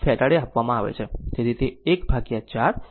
તેથી તે 14 203 છે